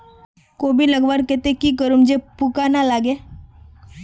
कोबी लगवार केते की करूम जे पूका ना लागे?